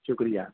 شکریہ